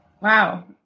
Wow